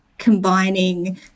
combining